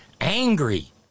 angry